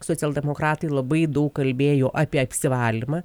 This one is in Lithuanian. socialdemokratai labai daug kalbėjo apie apsivalymą